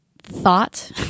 thought